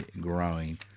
growing